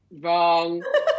wrong